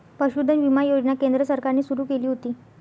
पशुधन विमा योजना केंद्र सरकारने सुरू केली होती